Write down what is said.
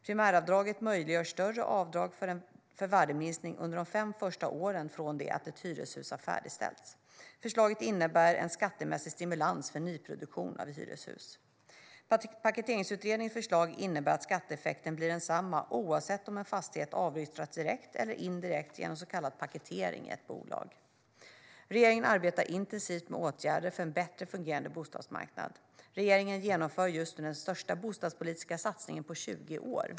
Primäravdraget möjliggör större avdrag för värdeminskning under de fem första åren från det att ett hyreshus har färdigställts. Förslaget innebär en skattemässig stimulans för nyproduktion av hyreshus. Paketeringsutredningens förslag innebär att skatteeffekten blir densamma oavsett om en fastighet avyttras direkt eller indirekt genom så kallad paketering i ett bolag. Regeringen arbetar intensivt med åtgärder för en bättre fungerande bostadsmarknad. Regeringen genomför just nu den största bostadspolitiska satsningen på 20 år.